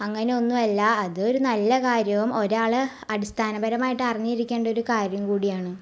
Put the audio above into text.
അങ്ങനെയൊന്നുവല്ല അതൊരു നല്ല കാര്യോം ഒരാൾ അടിസ്ഥാനപരമായിട്ടറിഞ്ഞിരിക്കേണ്ടൊരു കാര്യോം കൂടിയാണ്